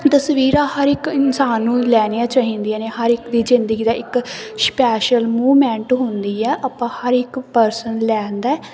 ਤਸਵੀਰਾਂ ਹਰ ਇੱਕ ਇਨਸਾਨ ਨੂੰ ਲੈਣੀਆਂ ਚਾਹੀਦੀਆਂ ਨੇ ਹਰ ਇੱਕ ਦੀ ਜ਼ਿੰਦਗੀ ਦਾ ਇੱਕ ਸ਼ਪੈਸ਼ਲ ਮੂਮੈਂਟ ਹੁੰਦੀ ਆ ਆਪਾਂ ਹਰ ਇੱਕ ਪਰਸਨ ਲੈਂਦਾ